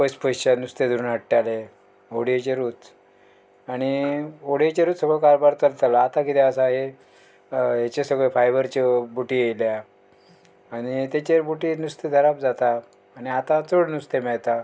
पयस पयसच्यान नुस्तें धरून हाडटाले होडयेचेरूच आणी होडयेचेरूच सगळो कारबार चलतालो आतां किदें आसा हें हेचे सगळे फायबरच्यो बोटी येयल्या आनी तेचेर बोटी नुस्तें धारप जाता आनी आतां चड नुस्तें मेळता